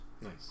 Nice